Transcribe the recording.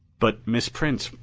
but, miss prince,